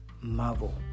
marvel